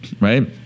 right